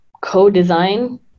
co-design